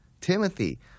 Timothy